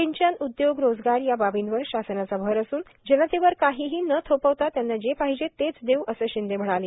सिंचन उद्योग रोजगार या बाबींवर शासनाचा भर असून जनतेवर काहीही न थोपविता त्यांना जे पाहिजे आहे तेच देऊ असे शिंदे म्हणाले